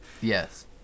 Yes